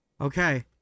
Okay